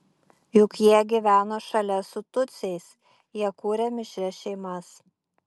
juk jie gyveno šalia su tutsiais jie kūrė mišrias šeimas